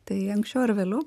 tai anksčiau ar vėliau